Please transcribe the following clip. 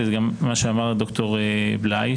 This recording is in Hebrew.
וגם מה שאמר ד"ר בליי,